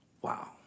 Wow